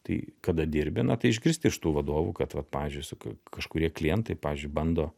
tai kada dirbi na tai išgirsti iš tų vadovų kad vat pavyzdžiui su ka kažkurie klientai pavyzdžiui bando